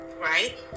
right